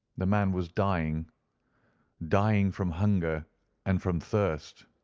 the man was dying dying from hunger and from thirst.